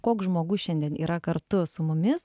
koks žmogus šiandien yra kartu su mumis